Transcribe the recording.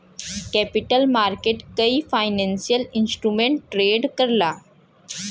capital market कई financial instrument trade करला